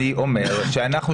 אני אומר שאנחנו,